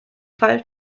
fall